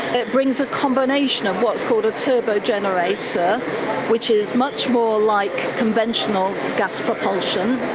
it brings a combination of what's called a turbo generator which is much more like conventional gas propulsion,